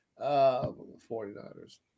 49ers